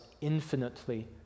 infinitely